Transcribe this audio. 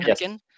Yes